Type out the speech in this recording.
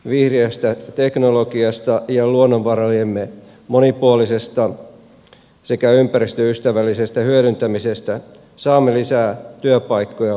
vihreästä teknologiasta ja luonnonvarojemme monipuolisesta sekä ympäristöystävällisestä hyödyntämisestä saamme lisää työpaikkoja maahamme